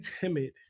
timid